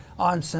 On